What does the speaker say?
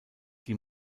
die